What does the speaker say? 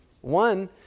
One